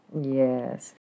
Yes